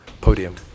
podium